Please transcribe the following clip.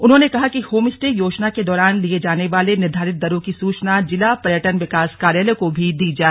उन्होंने कहा कि होमस्टे योजना के दौरान लिए जाने वाली निर्धारित दरों की सूचना जिला पर्यटन विकास कार्यालय को भी दी जाए